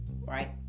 right